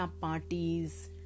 parties